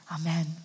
Amen